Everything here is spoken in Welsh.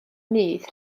nyth